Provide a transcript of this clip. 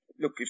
Look